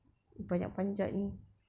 panjat-panjat ni